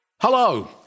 Hello